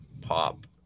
Pop